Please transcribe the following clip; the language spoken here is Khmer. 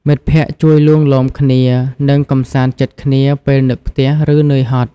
មិត្តភក្តិជួយលួងលោមគ្នា និងកម្សាន្តចិត្តគ្នាពេលនឹកផ្ទះ ឬនឿយហត់។